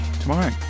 tomorrow